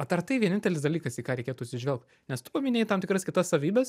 vat ar tai vienintelis dalykas į ką reikėtų atsižvelgt nes tu paminėjai tam tikras kitas savybes